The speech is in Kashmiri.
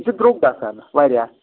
یہِ چھُ درٛۅگ گژھان واریاہ